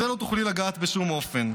בזה לא תוכל לגעת בשום אופן.